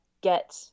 get